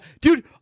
Dude